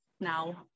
now